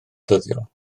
ddyddiol